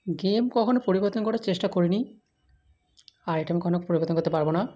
game কখনও পরিবর্তন করার চেষ্টা করিনি আর এটা আমি কোনও পরিবর্তন করতে পারবো না